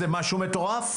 זה משהו מטורף.